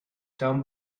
down